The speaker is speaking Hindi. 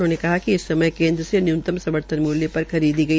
उन्होंने बताया कि इस समय केन्द्र से न्य्नतम समर्थन मुल्य पर खरीदी गई